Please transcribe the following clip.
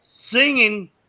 singing